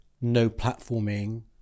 no-platforming